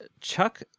Chuck